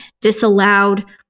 disallowed